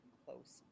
close